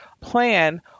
plan